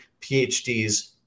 PhDs